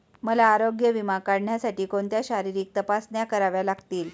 मला आरोग्य विमा काढण्यासाठी कोणत्या शारीरिक तपासण्या कराव्या लागतील?